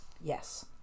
Yes